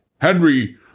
Henry